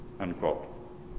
unquote